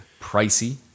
Pricey